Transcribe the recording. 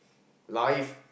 life